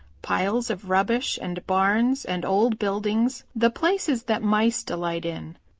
piles of rubbish and barns and old buildings, the places that mice delight in.